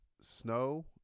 snow